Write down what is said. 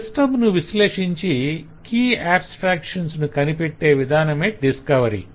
system ను విశ్లేషించి ఆ కీ ఆబస్ట్రాక్షన్స్ ను కనిపెట్టే విధానమే డిస్కవరీ